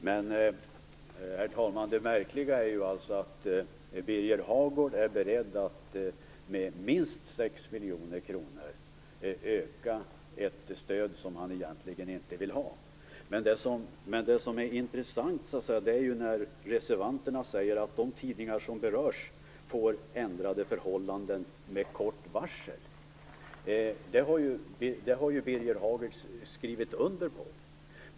Herr talman! Det märkliga är ju att Birger Hagård är beredd att med minst 6 miljoner kronor öka ett stöd som han egentligen inte vill ha. Det som är intressant är att reservanterna säger att de tidningar som berörs får ändrade förhållanden med kort varsel. Det har ju Birger Hagård skrivit under på.